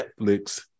Netflix